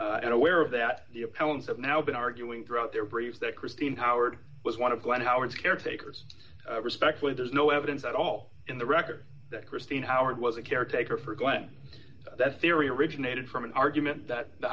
held and aware of that the appellant have now been arguing throughout their brief that christine howard was one of glen howard's caretakers respectfully there's no evidence at all in the record that christine howard was a caretaker for gwen that theory originated from an argument that the